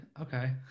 Okay